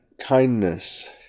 kindness